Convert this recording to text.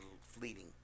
fleeting